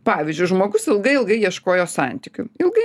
pavyzdžiui žmogus ilgai ilgai ieškojo santykių ilgai